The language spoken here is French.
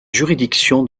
juridiction